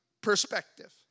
perspective